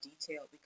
detailed